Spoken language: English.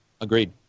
Agreed